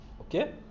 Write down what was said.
okay